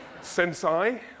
Sensei